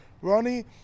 Ronnie